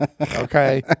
Okay